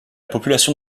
population